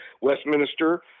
Westminster